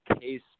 case